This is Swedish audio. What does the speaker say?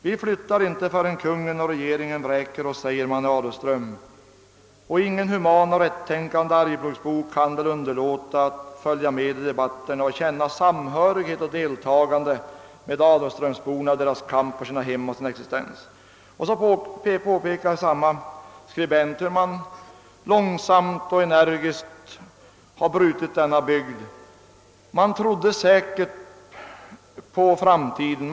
Vi flyttar inte förrän kungen och regeringen vräker oss, säger man i Adolfström, och ingen human och rättänkande Arjeplogsbo kan väl underlåta att följa med i debatterna och känna samhö righet och deltagande med Adolfströmsborna i deras kamp för sina hem och sin existens.» Så påpekar därefter samme skribent hur man långsamt och energiskt har brutit denna bygd. Man trodde säkert på framtiden.